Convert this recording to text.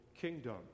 kingdom